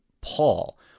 Paul